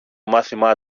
μάθημα